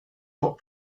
hot